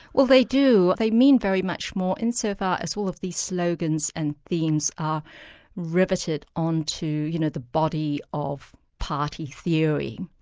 well they do. they mean very much more insofar as all of these slogans and themes are riveted on to you know the body of party theory,